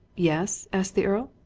yes? asked the earl.